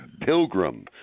pilgrim